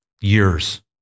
years